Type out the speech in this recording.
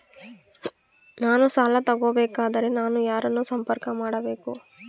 ನಾನು ಸಾಲ ತಗೋಬೇಕಾದರೆ ನಾನು ಯಾರನ್ನು ಸಂಪರ್ಕ ಮಾಡಬೇಕು?